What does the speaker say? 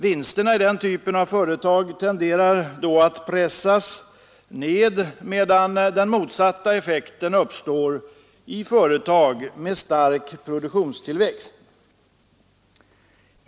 Vinsterna i den typen av företag tenderar då att pressas ned, medan den motsatta effekten uppstår i företag med stark produktionstillväxt.